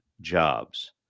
jobs